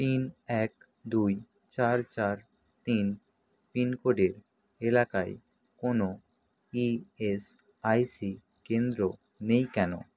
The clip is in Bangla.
তিন এক দুই চার চার তিন পিনকোডের এলাকায় কোনও ইএসআইসি কেন্দ্র নেই কেন